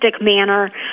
manner